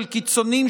של קיצונים,